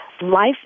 life